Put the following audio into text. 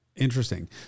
Interesting